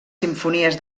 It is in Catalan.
simfonies